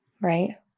right